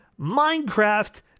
Minecraft